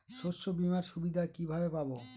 শস্যবিমার সুবিধা কিভাবে পাবো?